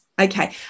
okay